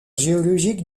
géologique